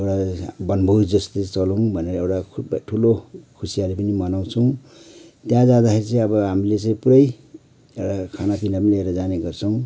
एउटा बनभोज जस्तो चलाउँ भनेर एउटा खुब ठुलो खुसियाली पनि मनाउछौँ त्यहाँ जाँदाखेरि चाहिँ हामीले चाहिँ पुरै एउटा खाना पिना पनि लिएर जाने गर्छौँ